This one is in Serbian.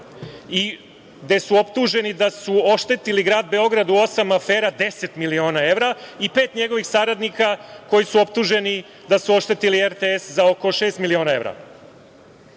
gde su optuženi da su odštetili Grad Beograd u osam afera za 10 miliona evra, i pet njegovih saradnika koji su optuženi da su odštetili RTS za oko šest miliona evra?